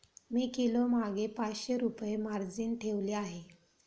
मी किलोमागे पाचशे रुपये मार्जिन ठेवली आहे